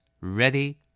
ready